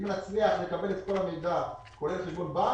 אם נצליח לקבל את כל המידע כולל חשבון בנק,